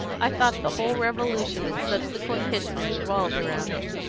i thought the whole revolution and subsequent history revolved round it,